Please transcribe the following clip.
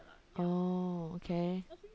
oh okay